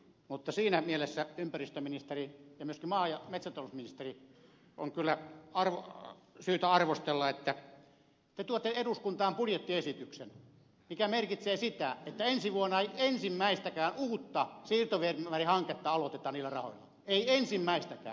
mutta siinä mielessä ympäristöministeriä ja myöskin maa ja metsätalousministeriä on syytä arvostella että te tuotte eduskuntaan budjettiesityksen joka merkitsee sitä että ensi vuonna ei ensimmäistäkään uutta siirtoviemärihanketta aloiteta niillä rahoilla ei ensimmäistäkään